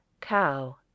COW